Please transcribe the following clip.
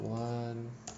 one